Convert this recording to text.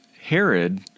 Herod